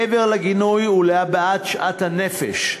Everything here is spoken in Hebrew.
מעבר לגינוי ולהבעת שאט הנפש,